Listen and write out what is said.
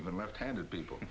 even left handed people